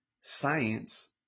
science